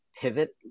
Pivot